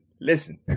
Listen